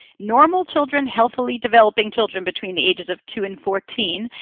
normal children, healthily developing children between the ages of two and fourteen,